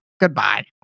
Goodbye